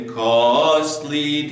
costly